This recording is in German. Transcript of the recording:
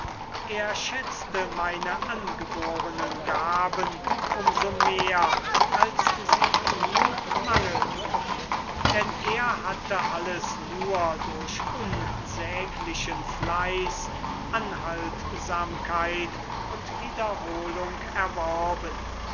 er schätzte meine angeborenen gaben um so mehr als sie ihm mangelten denn er hatte alles nur durch unsäglichen fleiß anhaltsamkeit und wiederholung erworben